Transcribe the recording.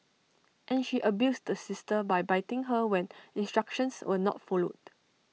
and she abused the sister by biting her when instructions were not followed